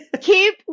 keep